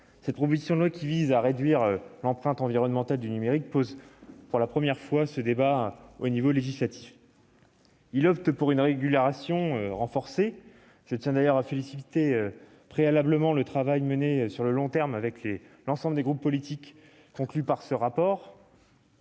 cette proposition de loi qui vise à réduire l'empreinte environnementale du numérique pose pour la première fois ce débat au niveau législatif et opte pour une régulation renforcée. Je tiens à saluer préalablement le travail mené sur le long terme, avec l'ensemble des groupes politiques, et conclu par le rapport